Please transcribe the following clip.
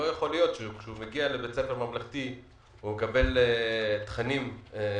לא יכול להיות שכאשר הוא מגיע לבית ספר ממלכתי הוא מקבל תכנים דתיים,